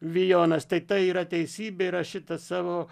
vijonas tai tai yra teisybė ir aš šitą savo